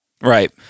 Right